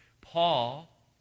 Paul